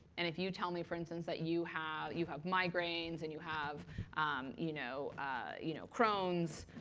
and if you tell me, for instance, that you have you have migraines, and you have um you know you know crohn's,